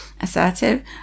assertive